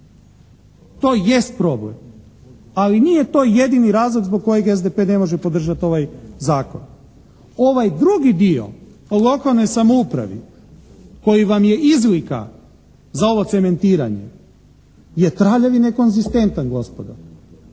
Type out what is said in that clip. To jest problem. Ali nije to jedini razlog zbog kojeg SDP ne može podržati ovaj zakon. Ovaj drugi dio o lokalnoj samoupravi koji vam je izlika za ovo cementiranje je traljav i nekonzistentan gospodo.